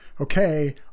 okay